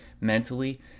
mentally